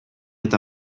eta